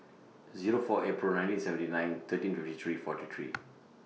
Zero four April nineteen seventy nine thirteen fifty three forty three